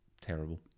terrible